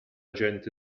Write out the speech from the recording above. gente